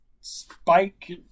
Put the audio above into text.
Spike